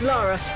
Laura